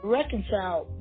reconcile